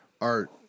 art